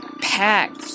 packed